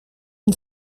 une